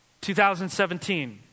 2017